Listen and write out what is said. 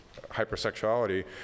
hypersexuality